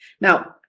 Now